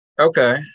Okay